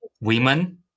women